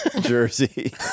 jersey